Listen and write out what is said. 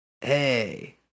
Hey